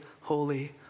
holy